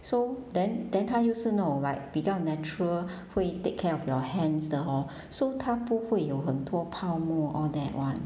so then then 她又是那种 like 比较 natural 会 take care of your hands 的 hor so 她不会有很多泡沫 all that [one]